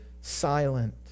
silent